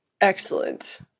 Excellent